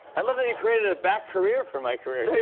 i love that you created a back career for my career.